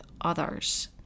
others